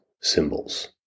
symbols